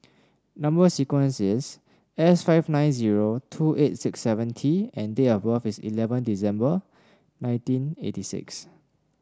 number sequence is S five nine zero two eight six seven T and date of birth is eleven December nineteen eighty six